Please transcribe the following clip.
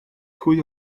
pwy